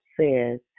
says